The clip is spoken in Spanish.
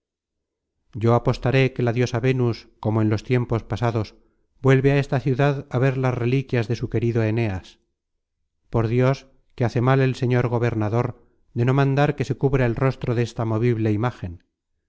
yo apostaré que la diosa vénus como en los tiempos pasados vuelve á esta ciudad á ver las reliquias de su querido enéas por dios que hace mal el señor gobernador de no mandar que se cubra el rostro desta movible